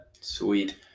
sweet